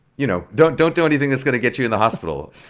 you know don't don't do anything that's going to get you in the hospital.